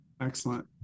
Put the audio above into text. Excellent